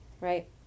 Right